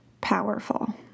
powerful